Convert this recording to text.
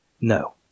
No